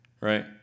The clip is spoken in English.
right